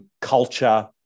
culture